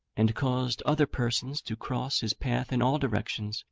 and caused other persons to cross his path in all directions,